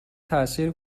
تأثیر